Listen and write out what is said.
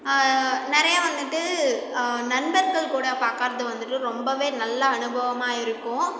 நிறையா வந்துவிட்டு நண்பர்கள் கூட பார்க்கறது வந்துவிட்டு ரொம்பவே நல்ல அனுபவமாக இருக்கும்